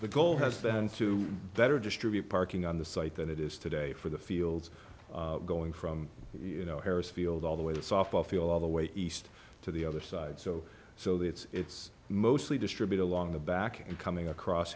the goal has been to better distribute parking on the site than it is today for the fields going from you know harris field all the way to a softball field all the way east to the other side so so that it's mostly distributed along the back and coming across